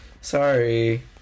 Sorry